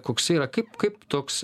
koks yra kaip kaip toks